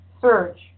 search